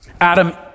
Adam